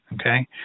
okay